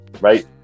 right